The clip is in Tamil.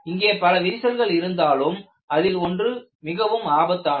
இங்கே பல விரிசல்கள் இருந்தாலும் அதில் ஒன்று மிகவும் ஆபத்தானது